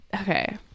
Okay